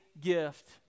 gift